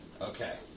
Okay